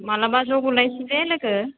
माब्लाबा ज' गुरलायनोसै दे लोगो